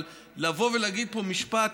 אבל לבוא ולהגיד פה משפט,